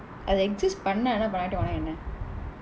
அது:athu exist பண்ணா என்ன பண்ணாட்டி என்ன:pannaa enna pannaatdi enna